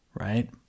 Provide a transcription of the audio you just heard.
right